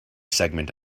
segment